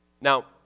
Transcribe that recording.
Now